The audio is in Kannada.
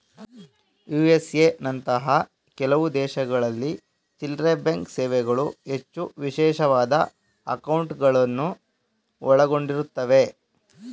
ಯು.ಎಸ್.ಎ ನಂತಹ ಕೆಲವು ದೇಶಗಳಲ್ಲಿ ಚಿಲ್ಲ್ರೆಬ್ಯಾಂಕ್ ಸೇವೆಗಳು ಹೆಚ್ಚು ವಿಶೇಷವಾದ ಅಂಕೌಟ್ಗಳುನ್ನ ಒಳಗೊಂಡಿರುತ್ತವೆ